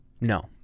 No